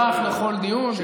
אני אשמח לכל דיון,